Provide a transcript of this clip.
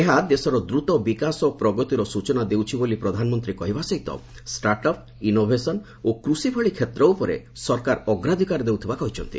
ଏହା ଦେଶର ଦ୍ରତ ବିକାଶ ଓ ପ୍ରଗତିର ସ୍ୱଚନା ଦେଉଛି ବୋଲି ପ୍ରଧାନମନ୍ତ୍ରୀ କହିବା ସହିତ ଷ୍ଟାର୍ଟ ଅପ୍ ଇନୋଭେସନ ଓ କୃଷି ଭଳି କ୍ଷେତ୍ର ଉପରେ ସରକାର ଅଗ୍ରାଧକାର ଦେଉଥିବା କହିଛନ୍ତି